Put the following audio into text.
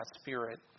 spirit